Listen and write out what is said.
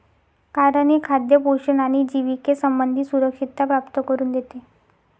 कारण हे खाद्य पोषण आणि जिविके संबंधी सुरक्षितता प्राप्त करून देते